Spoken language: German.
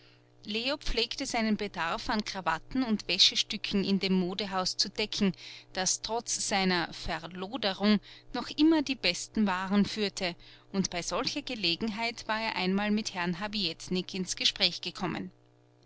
leo pflegte seinen bedarf an krawatten und wäschestücken in dem modehaus zu decken das trotz seiner verloderung noch immer die besten waren führte und bei solcher gelegenheit war er einmal mit herrn habietnik ins gespräch gekommen